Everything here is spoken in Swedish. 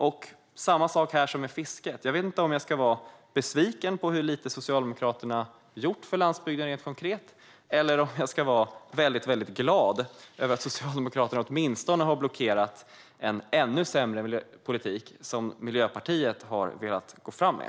Det är samma sak här som med fisket: Jag vet inte om jag ska vara besviken på hur lite Socialdemokraterna har gjort för landsbygden rent konkret eller om jag ska vara väldigt glad över att Socialdemokraterna åtminstone har blockerat den ännu sämre politik som Miljöpartiet har velat gå fram med.